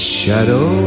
shadow